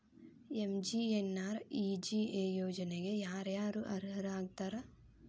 MGNREGA ಯೋಜನೆಗೆ ಯಾರ ಯಾರು ಅರ್ಹರು ಆಗ್ತಾರ?